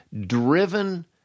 driven